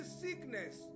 sickness